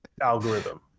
algorithm